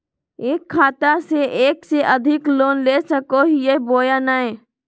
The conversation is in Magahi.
एक खाता से एक से अधिक लोन ले सको हियय बोया नय?